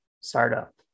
startup